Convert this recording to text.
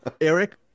Eric